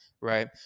Right